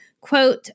quote